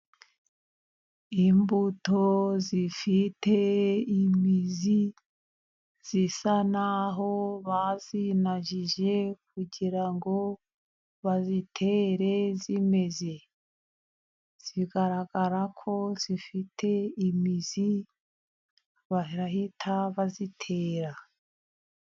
Imbuto zifite imizi zisa n'aho aho bazinajije, kugira ngo bazitere zmeze. Zigaragara ko zifite imizi, barahita bazitera.